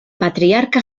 patriarca